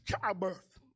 childbirth